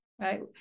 right